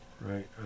right